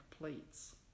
plates